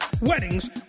weddings